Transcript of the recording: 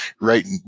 right